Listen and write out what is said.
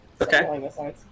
Okay